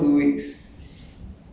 then after that you disrobe